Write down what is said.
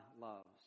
loves